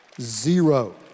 Zero